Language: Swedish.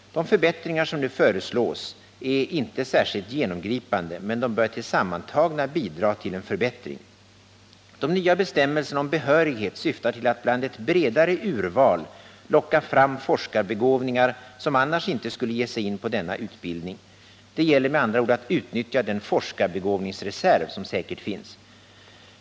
De förbättringar som nu föreslås är inte särskilt genomgripande, men de bör tillsammantagna bidra till en klar förbättring. De nya bestämmelserna om behörighet syftar till att bland ett bredare urval locka fram forskarbegåvningar som annars inte skulle ge sig in på denna utbildning — det gäller med andra ord att utnyttja den ”forskarbegåvningsreserv” som säkert finns.